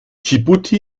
dschibuti